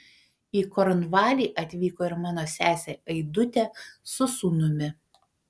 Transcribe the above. į kornvalį atvyko ir mano sesė aidutė su sūnumi